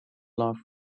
love